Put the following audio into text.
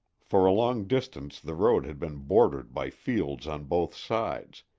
for a long distance the road had been bordered by fields on both sides,